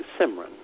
Simran